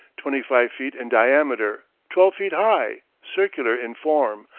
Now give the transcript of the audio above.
twenty-five feet in diameter, twelve feet high, circular in form,